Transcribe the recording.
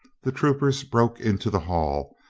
the troop ers broke into the hall,